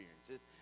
experience